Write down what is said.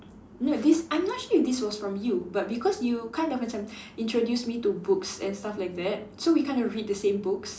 no this I'm not sure if this was from you but because you kind of macam introduced me to books and stuff like that so we kind of read the same books